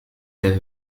der